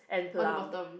on the bottom